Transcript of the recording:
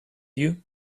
you